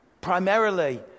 primarily